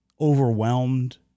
overwhelmed